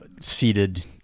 seated